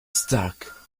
struck